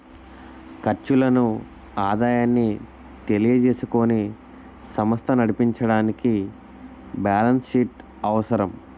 ఖర్చులను ఆదాయాన్ని తెలియజేసుకుని సమస్త నడిపించడానికి బ్యాలెన్స్ షీట్ అవసరం